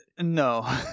No